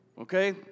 Okay